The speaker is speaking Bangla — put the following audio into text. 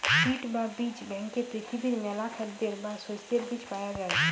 সিড বা বীজ ব্যাংকে পৃথিবীর মেলা খাদ্যের বা শস্যের বীজ পায়া যাই